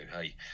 hey